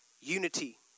unity